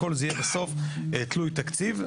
הכל יהיה בסוף תלוי תקציב,